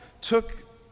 took